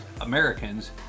Americans